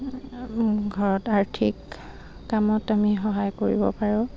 ঘৰত আৰ্থিক কামত আমি সহায় কৰিব পাৰোঁ